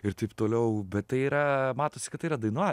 ir taip toliau bet tai yra matosi kad tai yra daina